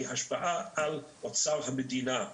היא על אוצר המדינה.